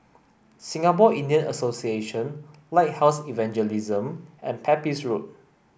Singapore Indian Association Lighthouse Evangelism and Pepys Road